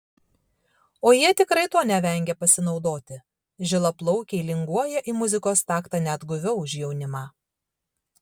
o jie tikrai tuo nevengia pasinaudoti žilaplaukiai linguoja į muzikos taktą net guviau už jaunimą